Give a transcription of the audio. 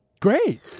Great